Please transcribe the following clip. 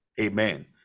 Amen